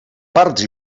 parts